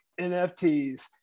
NFTs